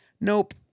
Nope